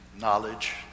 knowledge